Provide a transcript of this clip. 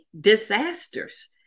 disasters